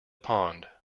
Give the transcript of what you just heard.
pond